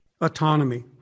autonomy